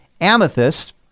amethyst